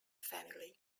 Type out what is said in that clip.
family